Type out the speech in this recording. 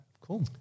Cool